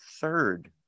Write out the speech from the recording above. third